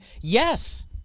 yes